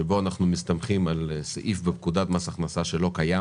שבו אנחנו מסתמכים על סעיף בפקודת מס הכנסה שלא קיים.